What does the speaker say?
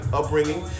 upbringing